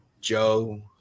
Joe